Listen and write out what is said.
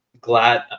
glad